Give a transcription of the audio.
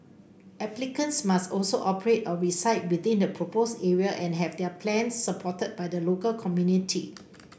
applicants must also operate or reside within the proposed area and have their plans supported by the local community